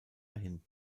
hin